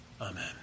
Amen